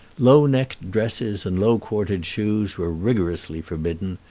low-necked dresses and low-quartered shoes were rigorously forbidden.